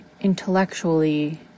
intellectually